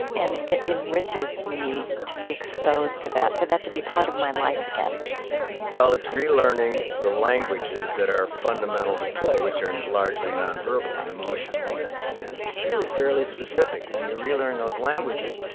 and it enriches me to be exposed to that, for that to be part of my life again well, it's relearning the languages that are fundamental to play, which are and largely non-verbal non-verbal and emotional and and really fairly specific. when you relearn those languages,